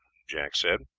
jack said.